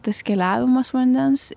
tas keliavimas vandens